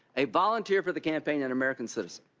a volunteer for the campaign, an american citizen.